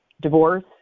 divorce